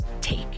take